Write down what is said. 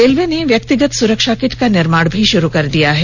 railway ने व्यक्तिगत सुरक्षा किट का निर्माण भी शुरू कर दिया है